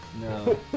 No